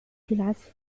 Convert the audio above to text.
العزف